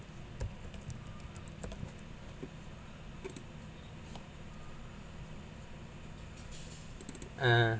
um